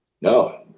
No